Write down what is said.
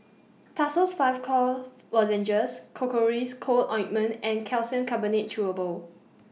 Tussils five Cough Lozenges Cocois Co Ointment and Calcium Carbonate Chewable